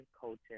Coaching